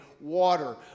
water